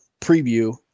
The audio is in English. preview